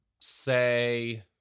say